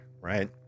right